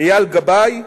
אייל גבאי,